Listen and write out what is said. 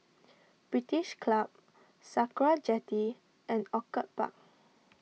British Club Sakra Jetty and Orchid Park